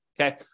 Okay